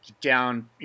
down